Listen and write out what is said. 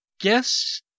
guess